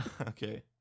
Okay